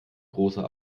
großer